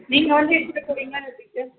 நீங்கள் வந்து எடுத்துட்டு போவீங்களா இல்லை எப்படி சார்